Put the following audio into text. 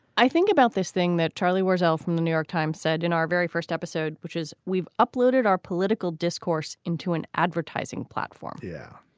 i think about this thing that charlie wardell from the new york times said in our very first episode, which is we've uploaded our political discourse into an advertising platform yeah.